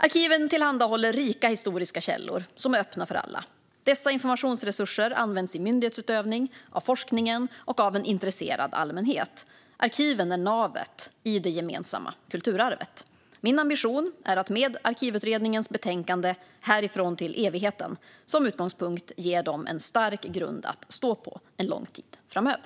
Arkiven tillhandahåller rika historiska källor som är öppna för alla. Dessa informationsresurser används i myndighetsutövning, av forskningen och av en intresserad allmänhet. Arkiven är navet i det gemensamma kulturarvet. Min ambition är att med Arkivutredningens betänkande Härifrån till evigheten som utgångspunkt ge dem en stark grund att stå på, en lång tid framöver.